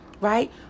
right